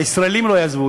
והישראלים לא יעזבו.